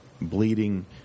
bleeding